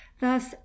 Thus